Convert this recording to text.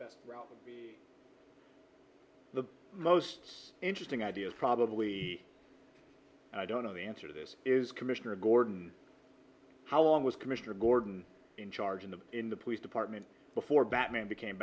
best the most interesting ideas probably i don't know the answer to this is commissioner gordon how long was commissioner gordon in charge in the in the police department before batman became